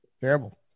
Terrible